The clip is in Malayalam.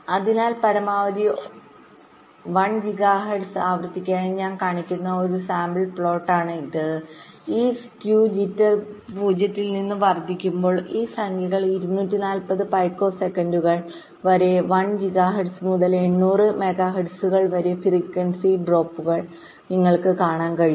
അതിനാൽ പരമാവധി 1 ജിഗ ഹെർട്സ്ആവൃത്തിക്കായി ഞാൻ കാണിക്കുന്ന ഒരു സാമ്പിൾ പ്ലോട്ടാണ് ഇത് ഈ സ്കെയൂ ജിറ്റർ 0 ൽ നിന്ന് വർദ്ധിക്കുമ്പോൾ ഈ സംഖ്യകൾ 240 പികോസെക്കൻഡുകൾ240 picosecondsവരെ 1 ജിഗാഹെർട്സ് മുതൽ 800 മെഗാഹെർട്സ് വരെ ഫ്രീക്വൻസി ഡ്രോപ്പുകൾഫ്രക്ൻസി dropsനിങ്ങൾക്ക് കാണാൻ കഴിയും